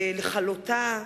לכלותה,